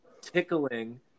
tickling